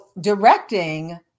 directing